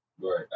Right